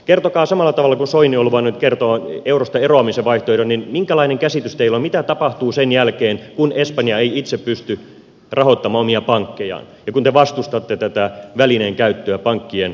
kertokaa samalla tavalla kuin soini on luvannut kertoa eurosta eroamisen vaihtoehdon minkälainen käsitys teillä on mitä tapahtuu sen jälkeen kun espanja ei itse pysty rahoittamaan omia pankkejaan ja kun te vastustatte tätä välineen käyttöä pankkien rahoittamiseen